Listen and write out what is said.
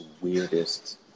weirdest